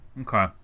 Okay